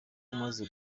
umaze